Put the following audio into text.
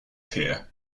here